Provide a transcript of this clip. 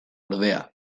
ordea